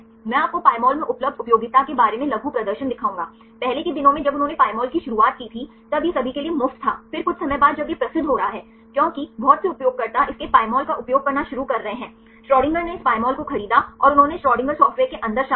मैं आपको Pymol में उपलब्ध उपयोगिता के बारे में लघु प्रदर्शन दिखाऊंगा पहले के दिनों में जब उन्होंने Pymol की शुरुआत की थी तब यह सभी के लिए मुफ्त था फिर कुछ समय बाद जब यह प्रसिद्ध हो रहा है क्योंकि बहुत से उपयोगकर्ता इसके Pymol का उपयोग करना शुरू कर रहे हैं Schrodinger ने इस Pymol को खरीदा और उन्होंने इस Schrodinger सॉफ़्टवेयर के अंदर शामिल किया